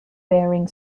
bearing